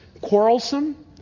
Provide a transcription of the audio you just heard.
quarrelsome